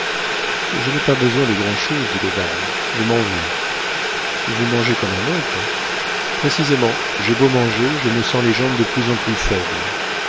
je n'ai pas besoin de grand'chose dit le baron je m'en vais vous mangez comme un ogre précisément j'ai beau manger je me sens les jambes de plus en plus faibles